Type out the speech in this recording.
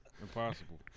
Impossible